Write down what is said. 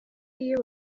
iyo